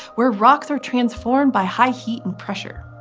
where rocks are transformed by high heat and pressure.